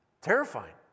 Terrifying